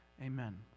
amen